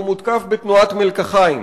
והוא מותקף בתנועת מלקחיים: